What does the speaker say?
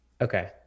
Okay